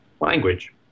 language